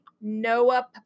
Noah